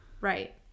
right